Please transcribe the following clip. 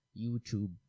YouTube